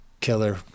killer